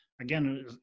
again